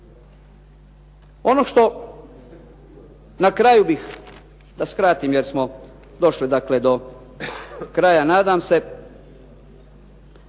Ono što na kraju bih da skratim jer smo došli do kraja, nadam se.